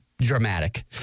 dramatic